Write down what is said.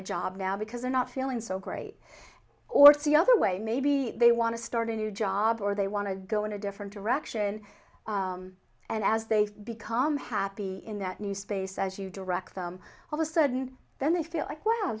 a job now because they're not feeling so great or see other way maybe they want to start a new job or they want to go in a different direction and as they become happy in that new space as you direct them all the sudden then they feel like wow